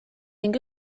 ning